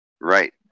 Right